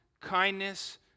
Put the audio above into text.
kindness